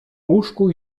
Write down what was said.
łóżku